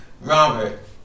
Robert